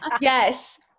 Yes